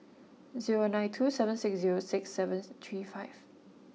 zero nine two seven six zero six seven three five